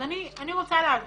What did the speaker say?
אז אני רוצה להבין.